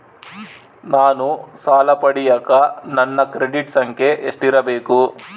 ನಾನು ಸಾಲ ಪಡಿಯಕ ನನ್ನ ಕ್ರೆಡಿಟ್ ಸಂಖ್ಯೆ ಎಷ್ಟಿರಬೇಕು?